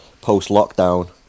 post-lockdown